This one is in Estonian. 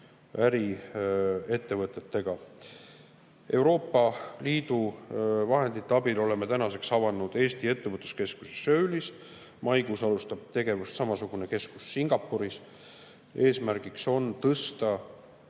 äriettevõtetega. Euroopa Liidu vahendite abil oleme tänaseks avanud Eesti ettevõtluskeskuse Soulis. Maikuus alustab tegevust samasugune keskus Singapuris. Eesmärgiks on tõsta